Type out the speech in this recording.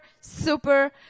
super